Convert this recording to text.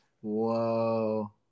Whoa